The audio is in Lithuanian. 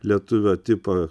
lietuvio tipą